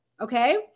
Okay